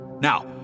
Now